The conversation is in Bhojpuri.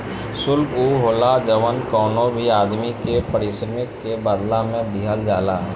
शुल्क उ होला जवन कवनो भी आदमी के पारिश्रमिक के बदला में दिहल जाला